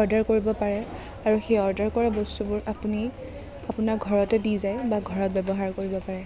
order কৰিব পাৰে আৰু সেই অৰ্ডাৰ কৰা বস্তুবোৰ আপুনি আপোনাৰ ঘৰতে দি যায় বা ঘৰত ব্য়ৱহাৰ কৰিব পাৰে